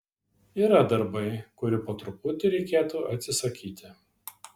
yra darbai kurių po truputį reikėtų atsisakyti